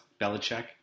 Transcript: Belichick